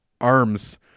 arms